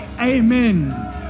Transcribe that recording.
Amen